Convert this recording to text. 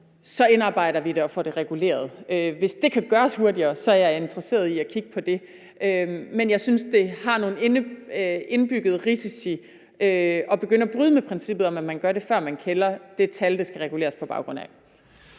så indarbejder vi det og får det reguleret. Hvis det kan gøres hurtigere, er jeg interesseret i at kigge på det. Men jeg synes, det har nogle indbyggede risici at begynde at bryde med princippet om, at man gør det, før man kender det tal, som det skal reguleres på baggrund af.